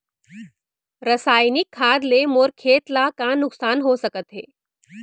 रसायनिक खाद ले मोर खेत ला का नुकसान हो सकत हे?